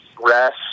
rest